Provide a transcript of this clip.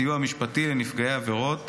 סיוע משפטי לנפגעי עבירות),